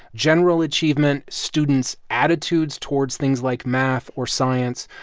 general achievement, students' attitudes towards things like math or science.